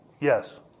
Yes